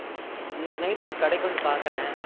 ஆமாம் இன்னைக்கு நைட்டு உங்கள் கடைக்கு வந்து பார்க்கறேன்